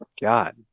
God